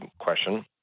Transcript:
question